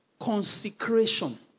Consecration